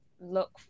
look